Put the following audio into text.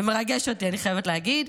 זה מרגש אותי, אני חייבת להגיד.